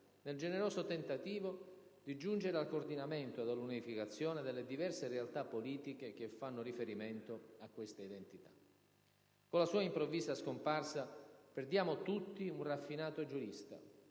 nel generoso tentativo di giungere al coordinamento ed all'unificazione delle diverse realtà politiche che fanno riferimento a questa identità. Con la sua improvvisa scomparsa perdiamo tutti un raffinato giurista,